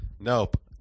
Nope